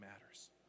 matters